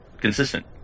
consistent